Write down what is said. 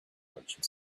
merchant